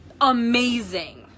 amazing